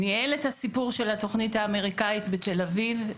ניהל את הסיפור של התוכנית האמריקאית בתל אביב,